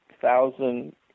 thousand